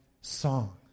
song